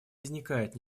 возникает